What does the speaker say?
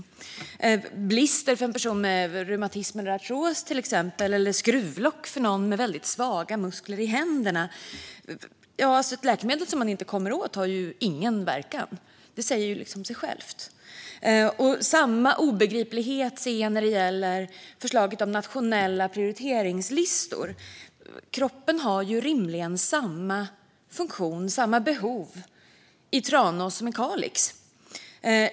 En blisterförpackning för en person med reumatism eller artros eller skruvlock för någon med väldigt svaga muskler i händerna är helt fel. Ett läkemedel som man inte kommer åt har ju ingen verkan. Det säger sig självt. Samma obegriplighet ser jag när det gäller förslaget om nationella prioriteringslistor. Kroppen har rimligen samma funktion och samma behov i Tranås som i Kalix.